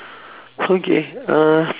okay uh